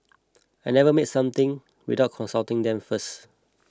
I never make something without consulting them first